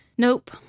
Nope